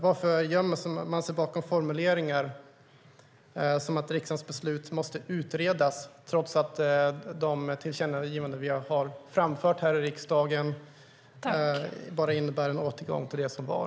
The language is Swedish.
Varför gömmer man sig bakom formuleringar som att riksdagens beslut måste utredas när de tillkännagivanden vi har framfört här i riksdagen bara innebär en återgång till det som var?